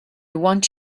want